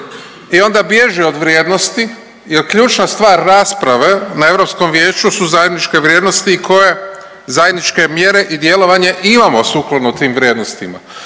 i onda bježi od vrijednosti jer kjlučna stvar rasprave na EV-u su zajedničke vrijednosti koje zajedničke mjere i djelovanje imamo sukladno tim vrijednostima